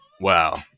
Wow